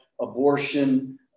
abortion